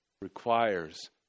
requires